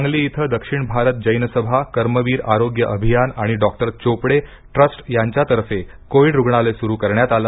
सांगली येथे दक्षिण भारत जैनसभा कर्मवीर आरोग्य अभियान आणि डॉक्टर चोपडे ट्रस्ट यांच्यातर्फे कोविड रुग्णालय सुरू करण्यात आले